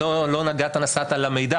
זה לא נגעת נסעת למידע,